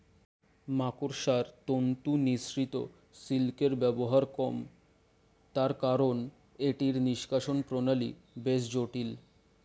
মাকড়সার তন্তু নিঃসৃত সিল্কের ব্যবহার কম, তার কারন এটির নিষ্কাশণ প্রণালী বেশ জটিল